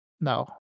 No